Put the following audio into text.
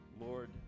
Lord